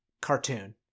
cartoon